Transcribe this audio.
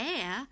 air